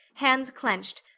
hands clenched,